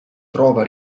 trova